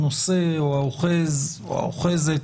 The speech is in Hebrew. הנושא או האוחז או האוחזת